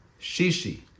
Shishi